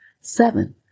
Seven